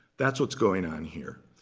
that's what's going on here.